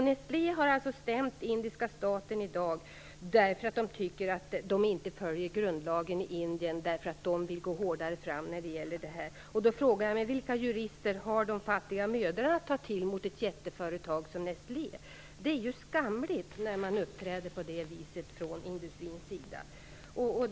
Nestlé har stämt indiska staten därför att man anser att grundlagen i Indien inte efterföljs. Man vill gå hårdare fram. Då frågar jag mig: Vilka jurister har de fattiga mödrarna att ta till mot ett jätteföretag som Nestlé? Det är ju skamligt när industrin uppträder på det viset.